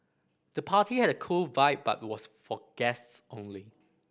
the party had a cool vibe but was for guests only